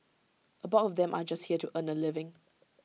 A bulk of them are just here to earn A living